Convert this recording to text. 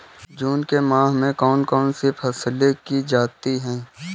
जून के माह में कौन कौन सी फसलें की जाती हैं?